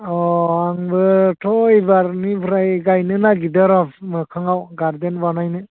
अह आंबोथ' एबारनिफ्राय गायनो नागिरदों र' मोखाङाव गारदेन बानायनो